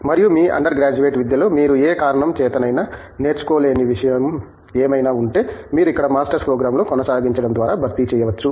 మరియు మీ undergraduate విద్యలో మీరు ఏ కారణం చేతనైనా నేర్చుకోలేని విషయం ఏమైనా ఉంటే మీరు ఇక్కడ మాస్టర్స్ ప్రోగ్రాంను కొనసాగించడం ద్వారా భర్తీ చేయవచ్చు